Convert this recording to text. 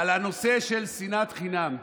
על הנושא של שנאת חינם.